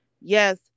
Yes